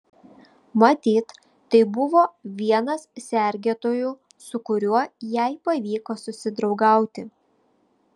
matyt tai buvo vienas sergėtojų su kuriuo jai pavyko susidraugauti